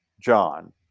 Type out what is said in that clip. John